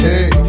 Hey